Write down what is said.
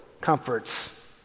comforts